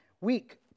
week